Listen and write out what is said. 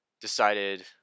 decided